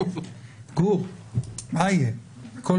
גור, מה יהיה?